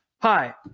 hi